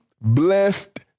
blessed